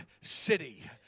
city